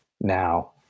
Now